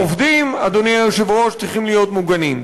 העובדים, אדוני היושב-ראש, צריכים להיות מוגנים.